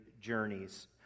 journeys